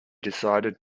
decided